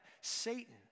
Satan